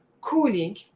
cooling